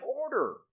order